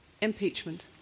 Impeachment